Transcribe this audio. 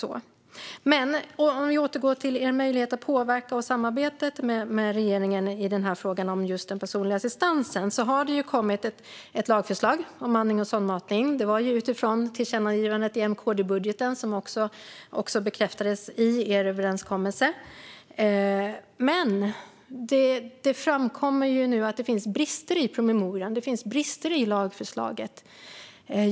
Om vi återgår till er möjlighet att påverka och samarbetet med regeringen i frågan om den personliga assistansen har det kommit ett lagförslag om andning och sondmatning. Det var utifrån tillkännagivandet i M-KD-budgeten som också bekräftades i er överenskommelse. Det framkommer nu att det finns brister i promemorian och lagförslaget.